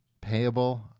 Payable